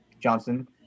Johnson